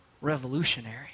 revolutionary